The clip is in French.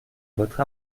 votre